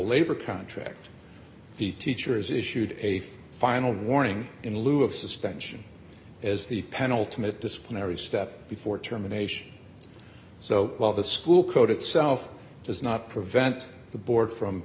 labor contract the teacher is issued a final warning in lieu of suspension as the penultimate disciplinary step before terminations so while the school code itself does not prevent the board from